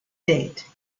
date